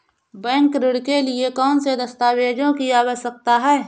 Bank ऋण के लिए कौन से दस्तावेजों की आवश्यकता है?